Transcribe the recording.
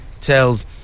tells